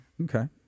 Okay